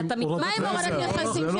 מה עם הורדת מכסים?